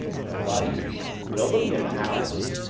nobody nobody in the house!